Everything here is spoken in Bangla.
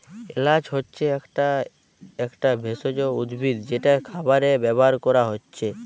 এলাচ হচ্ছে একটা একটা ভেষজ উদ্ভিদ যেটা খাবারে ব্যাভার কোরা হচ্ছে